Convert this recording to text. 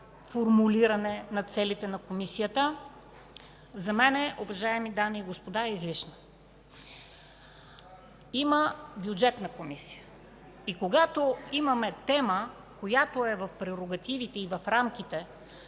на целите на Комисията, за мен, уважаеми дами и господа, е излишна. Има Бюджетна комисия и когато имаме тема, която е в прерогативите и в рамките